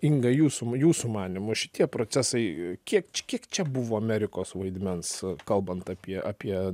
inga jūsų jūsų manymu šitie procesai kiek č čia buvo amerikos vaidmens kalbant apie apie